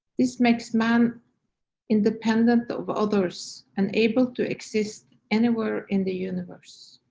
this makes man independent of others and able to exist anywhere in the universe.